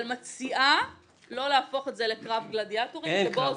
אבל מציעה לא להפוך את זה לקרב גלדיאטורים שבו -- אין קרבות.